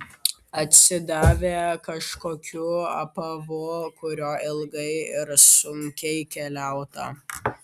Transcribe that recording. atsidavė kažkokiu apavu kuriuo ilgai ir sunkiai keliauta